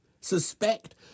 suspect